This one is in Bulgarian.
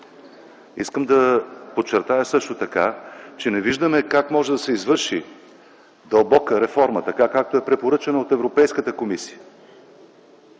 Искам да подчертая също така, че не виждаме как може да се извърши дълбока реформа така, както е препоръчана от Европейската комисия,